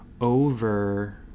over